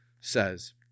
says